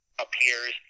appears